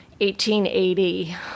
1880